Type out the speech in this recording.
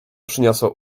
przyniosło